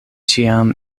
ĉiam